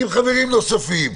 עם חברים נוספים,